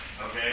Okay